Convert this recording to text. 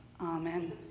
amen